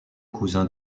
cousin